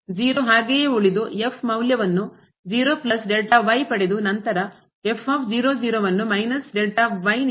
ಆದ್ದರಿಂದ ಹಾಗೆಯೇ ಉಳಿದು ಮೌಲ್ಯವನ್ನು ಪಡೆದು ನಂತರ ಮೈನಸ್ y ನಿಂದ